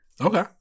Okay